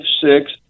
six